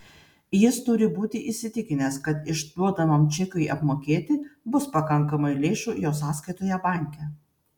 jis turi būti įsitikinęs kad išduodamam čekiui apmokėti bus pakankamai lėšų jo sąskaitoje banke